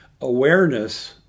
awareness